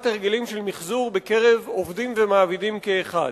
הרגלים של מיחזור בקרב עובדים ומעבידים כאחד.